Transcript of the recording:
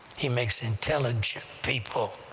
he makes intelligent people.